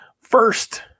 first